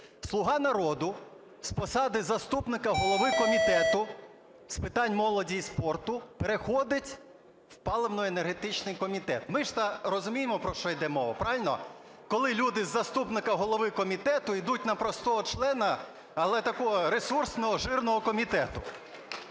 "слуга народу" з посади заступника голови Комітету з питань молоді і спорту переходить в паливно-енергетичний комітет. Ми ж то розуміємо, про що йде мова, – правильно? – коли люди із заступника голови комітету йдуть на простого члена, але такого ресурсного, "жирного" комітету.